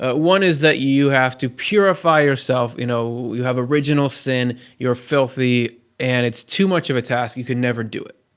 ah one is that you have to purify yourself, you know, you have original sin, you're filthy and it's too much of a task. you could never do it.